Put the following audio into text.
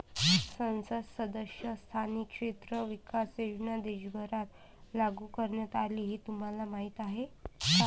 संसद सदस्य स्थानिक क्षेत्र विकास योजना देशभरात लागू करण्यात आली हे तुम्हाला माहीत आहे का?